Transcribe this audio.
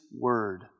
word